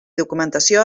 documentació